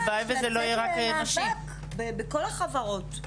לצאת למאבק בכל החברות.